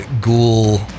Ghoul